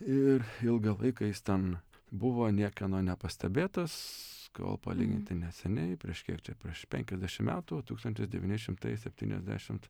ir ilgą laiką jis ten buvo niekieno nepastebėtas kol palyginti neseniai prieš kiek čia prieš penkiasdešim metų tūkstantis devyni šimtai septyniasdešimt